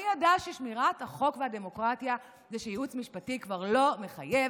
מי ידע ששמירת החוק והדמוקרטיה זה שייעוץ משפטי כבר לא מחייב?